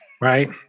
right